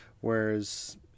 whereas